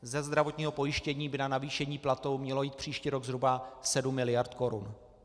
Ze zdravotního pojištění by na navýšení platů mělo jít příští rok zhruba 7 miliard korun.